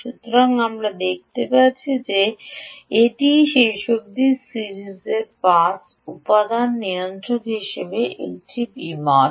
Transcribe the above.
সুতরাং আমরা দেখতে পাচ্ছি যে এটিই শেষ অবধি সিরিজের পাস উপাদান নিয়ন্ত্রণ হিসাবে একটি পমোস